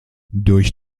durch